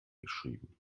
geschrieben